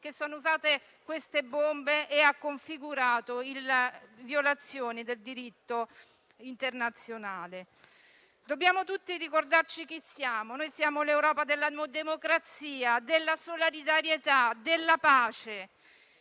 ha rilevato l'utilizzo e ha configurato violazioni del diritto internazionale). Dobbiamo tutti ricordarci chi siamo: noi siamo l'Europa della democrazia, della solidarietà e della pace